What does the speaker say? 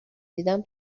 دیدم